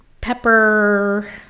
pepper